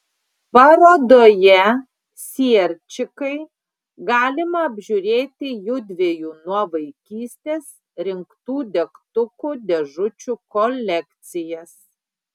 parodoje sierčikai galima apžiūrėti judviejų nuo vaikystės rinktų degtukų dėžučių kolekcijas